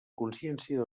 consciència